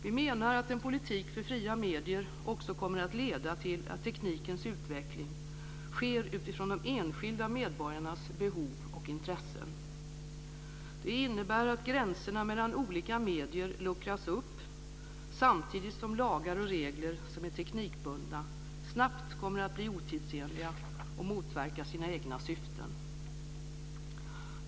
Vi menar att en politik för fria medier också kommer att leda till att teknikens utveckling sker utifrån de enskilda medborgarnas behov och intressen. Det innebär att gränserna mellan olika medier luckras upp, samtidigt som lagar och regler som är teknikbundna snabbt kommer att bli otidsenliga och motverka sina egna syften.